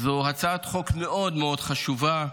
זו הצעת חוק מאוד מאוד חשובה.